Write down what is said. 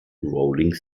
rolling